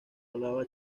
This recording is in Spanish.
hablaba